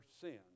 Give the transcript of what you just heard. sin